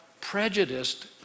prejudiced